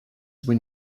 when